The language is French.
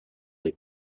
les